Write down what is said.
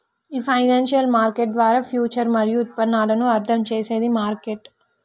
ఈ financial market ద్వారా future మరియు ఉత్పన్నాలను అర్థం చేసేది మార్కెట్